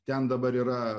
ten dabar yra